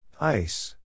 Ice